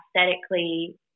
aesthetically